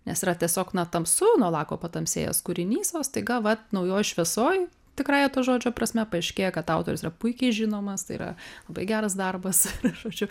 nes yra tiesiog na tamsu nuo lako patamsėjęs kūrinys o staiga vat naujoj šviesoj tikrąja to žodžio prasme paaiškėja kad autorius yra puikiai žinomas tai yra labai geras darbas žodžiu